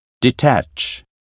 detach